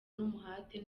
n’umuhate